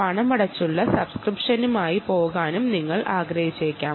പണമടച്ചുള്ള സബ്സ്ക്രിപ്ഷനായി പോകാനും നിങ്ങൾക്ക് പറ്റും